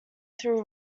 through